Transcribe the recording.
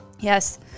Yes